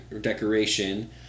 decoration